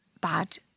bad